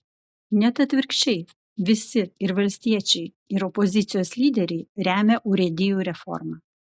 net atvirkščiai visi ir valstiečiai ir opozicijos lyderiai remia urėdijų reformą